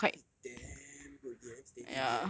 da~ damn good already eh damn steady already eh